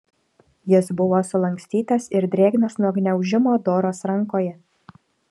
jis buvo sulankstytas ir drėgnas nuo gniaužimo doros rankoje